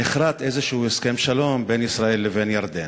נכרת איזשהו הסכם שלום בין ישראל לבין ירדן.